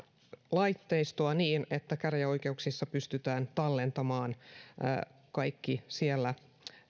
laitteistoa niin että käräjäoikeuksissa pystytään tallentamaan kaikki siellä